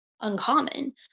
uncommon